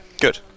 good